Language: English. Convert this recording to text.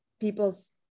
people's